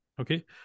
Okay